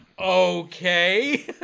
okay